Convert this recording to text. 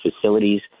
facilities